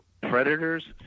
Predators